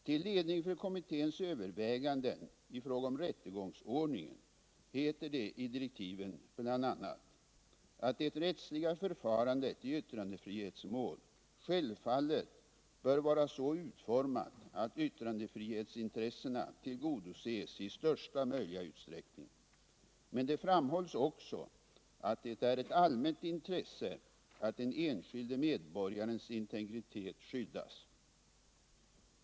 Till ledning för kommitténs överväganden i fråga om rättegångsordningen heter det i direktiven bl.a. att det rättsliga förfarandet i yttrandefrihetsmål självfallet bör vara så utformat att yttrandefrihetsintressena tillgodoses i största möjliga utsträckning. Med det framhålls också att det är ett allmänt intresse att den enskilde medborgarens integritet skyddas.